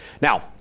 Now